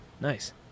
Nice